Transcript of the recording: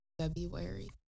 February